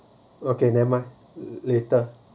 okay never mind lah